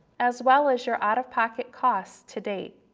as well as your out-of-pocket costs to date.